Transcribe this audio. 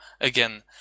again